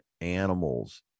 animals